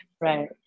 Right